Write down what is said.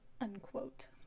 unquote